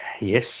Yes